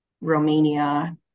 Romania